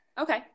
Okay